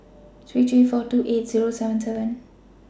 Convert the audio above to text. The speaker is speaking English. three three four two eight Zero seven seven